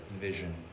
vision